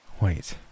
Wait